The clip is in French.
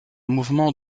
mouvement